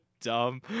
dumb